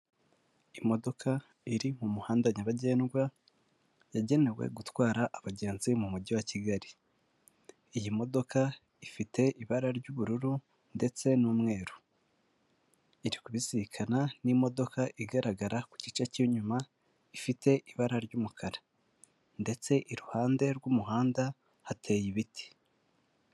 Imodoka iri mu muhanda nyabagendwa yagenewe gutwara abagenzi mu mujyi wa Kigali. Iyi modoka ifite ibara ry'ubururu ndetse n'umweru. Irikubizirikana n'imodoka igaragara ku gice cy'inyuma ifite ibara ry'umukara. Ndetse iruhande rw'umuhanda hateye ibiti.